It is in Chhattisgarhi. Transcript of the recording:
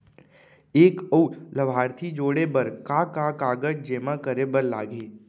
एक अऊ लाभार्थी जोड़े बर का का कागज जेमा करे बर लागही?